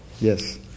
Yes